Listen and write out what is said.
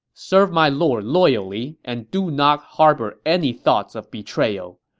serve my lord loyally and do not harbor any thoughts of betrayal.